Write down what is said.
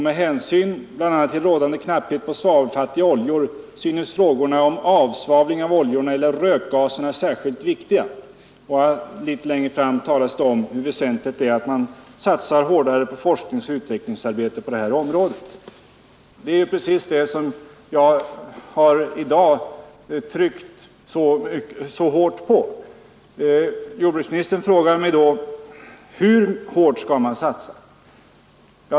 Med hänsyn bl.a. till rådande knapphet på svavelfattiga oljor synes frågorna om avsvavling av oljorna eller rökgaserna särskilt viktiga.” Litet längre ned i texten talas om hur viktigt det är att forskningsoch utvecklingsarbetet på detta område intensifieras. Det är precis vad jag i dag har tryckt så hårt på. Jordbruksministern frågar mig hur hårt man skall satsa.